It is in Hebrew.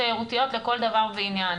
תיירותיות לכל דבר ועניין.